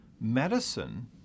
medicine